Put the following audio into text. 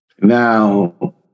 Now